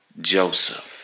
Joseph